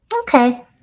Okay